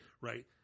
right